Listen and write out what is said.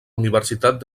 universitat